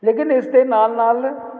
ਲੇਕਿਨ ਇਸ ਦੇ ਨਾਲ ਨਾਲ